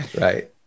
right